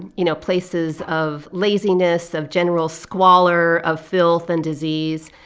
and you know, places of laziness, of general squalor, of filth and disease.